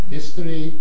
History